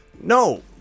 No